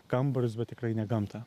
kambarius bet tikrai ne gamtą